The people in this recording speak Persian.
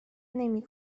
نمی